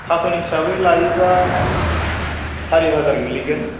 cartoon हिसाबै लायोबा सारि हाजार गोलैगोन